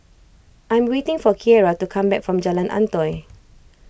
I am waiting for Kiera to come back from Jalan Antoi